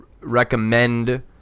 recommend